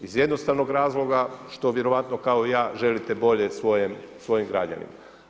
Iz jednostavnog razloga što vjerovatno kao i ja želite bolje svojim građanima.